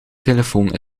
telefoon